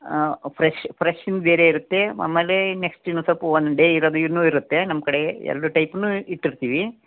fresh fresh ಬೇರೆ ಇರುತ್ತೆ ಆಮೇಲೆ ನೆಕ್ಸ್ಟ್ ಇನ್ನು ಸ್ವಲ್ಪ ಒನ್ ಡೇ ಇರೋದು ಇನ್ನು ಇರುತ್ತೆ ನಮ್ಮ ಕಡೆ ಎರಡು ಟೈಪ್ನೂ ಇಟ್ಟಿರ್ತೀವಿ